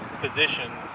position